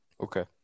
Okay